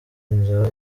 inzara